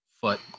foot